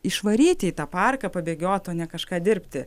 išvaryti į tą parką pabėgiot o ne kažką dirbti